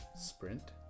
Sprint